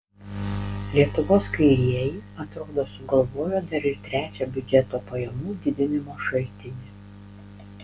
lietuvos kairieji atrodo sugalvojo dar ir trečią biudžeto pajamų didinimo šaltinį